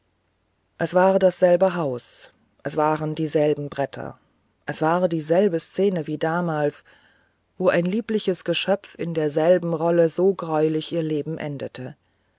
es war dasselbe haus es waren dieselben bretter es war dieselbe szene wie damals wo ein liebliches geschöpf in derselben rolle so greulich ihr leben endete